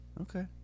Okay